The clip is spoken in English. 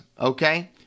okay